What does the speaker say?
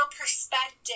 perspective